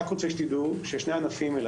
עליכם לדעת ששני הענפים האלה,